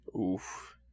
Oof